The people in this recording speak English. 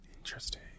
Interesting